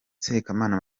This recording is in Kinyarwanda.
sekamana